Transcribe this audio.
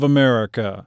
America